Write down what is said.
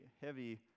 heavy